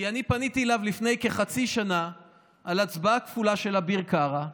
כי אני פניתי אליו לפני כחצי שנה על הצבעה כפולה של אביר קארה,